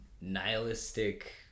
nihilistic